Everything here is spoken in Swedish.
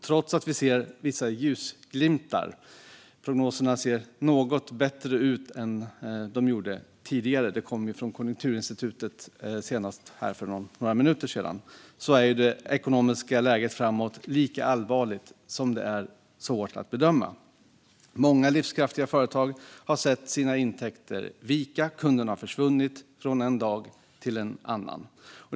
Trots att vi ser vissa ljusglimtar och prognoserna ser något bättre ut än tidigare - det kom från Konjunkturinstitutet för bara några minuter sedan - är det ekonomiska läget framöver lika allvarligt som svårt att bedöma. Många livskraftiga företag har sett sina intäkter vika och kunder försvinna från en dag till en annan.